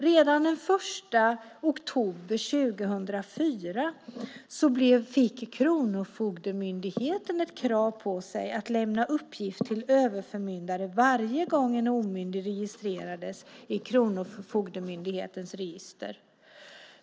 Redan den 1 oktober 2004 fick Kronofogdemyndigheten ett krav på sig att lämna uppgift till överförmyndaren varje gång en omyndig registrerades i Kronofogdemyndighetens register.